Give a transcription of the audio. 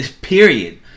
Period